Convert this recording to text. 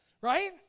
Right